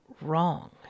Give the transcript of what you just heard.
wrong